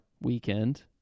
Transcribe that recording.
weekend